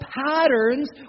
patterns